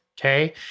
okay